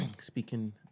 speaking